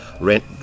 rent